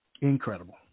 incredible